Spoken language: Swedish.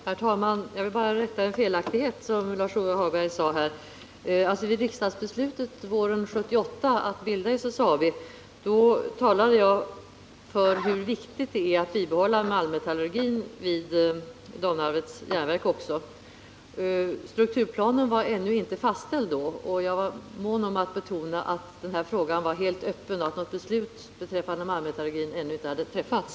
Herr talman! Jag vill bara rätta en felaktighet i vad Lars-Ove Hagberg sade. Vid riksdagsbeslutet våren 1978 att bilda SSAB talade jag om hur viktigt det är att bibehålla malmmetallurgin också vid Domnarvets Jernverk. Strukturplanen var då ännu inte fastställd, och jag var mån om att betona att frågan var helt öppen och att något beslut beträffande malmmetallurgin ännu inte hade träffats.